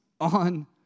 on